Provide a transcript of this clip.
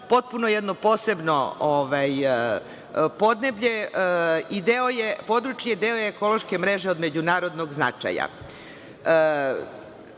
potpuno jedno posebno podneblje i područje je deo ekološke mreže od međunarodnog značaja.